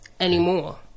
Anymore